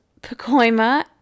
Pacoima